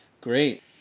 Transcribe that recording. Great